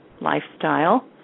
lifestyle